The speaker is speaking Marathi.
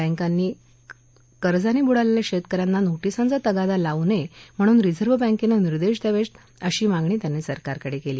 बैंकांनी कर्जाने ब्डलेल्या शेतक यांना बँकांनी नोटीसांचा तगादा लावू नये म्हणून रिझर्व बँकेने निर्देश द्यावेत अशी मागणी त्यांनी सरकारकडे केली